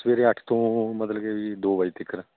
ਸਵਰੇ ਅੱਠ ਤੋਂ ਮਤਲਬ ਕਿ ਜੀ ਦੋ ਵਜੇ ਤੱਕ